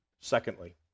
Secondly